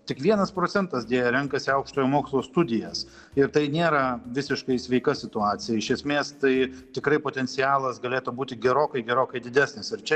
tik vienas procentas deja renkasi aukštojo mokslo studijas ir tai nėra visiškai sveika situacija iš esmės tai tikrai potencialas galėtų būti gerokai gerokai didesnis ir čia